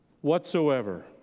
whatsoever